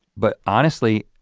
but honestly,